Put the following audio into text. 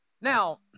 Now